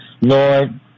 Lord